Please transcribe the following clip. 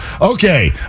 Okay